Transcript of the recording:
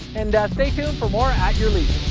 and stay tuned for more at your leisure.